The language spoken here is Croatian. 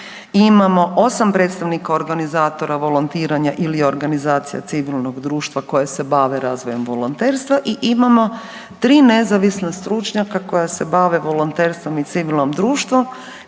imamo 8 predstavnika organizatora volontiranja ili organizacija civilnog društva koja se bave razvojem volonterstva i imamo 3 nezavisna stručnjaka koja se bave volonterstvom i civilnom društvo